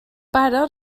pare